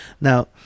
Now